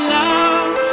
love